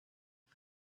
for